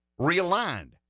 realigned